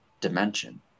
dimension